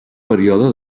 període